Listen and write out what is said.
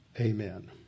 Amen